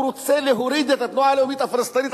הוא רוצה להוריד את התנועה הלאומית הפלסטינית